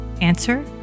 Answer